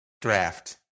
draft